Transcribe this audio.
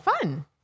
fun